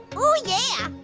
oh yeah.